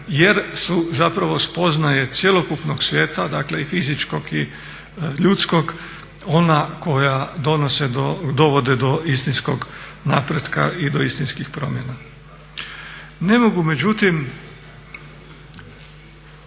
su zapravo spoznaje cjelokupnog svijeta, dakle i fizičkog i ljudskog ona koja dovode do istinskog napretka i do istinskih promjena. Ne mogu međutim